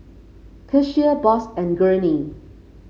Kecia Boss and Gurney